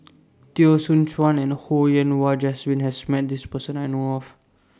Teo Soon Chuan and Ho Yen Wah Jesmine has Met This Person I know of